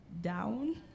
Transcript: down